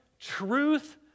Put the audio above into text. truth